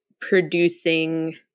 producing